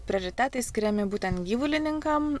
prioritetai skiriami būtent gyvulininkam